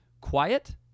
quiet